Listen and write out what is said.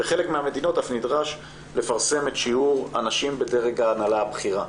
בחלק המדינות אף נדרש לפרסם את שיעור הנשים בדרג ההנהלה הבכירה,